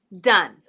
Done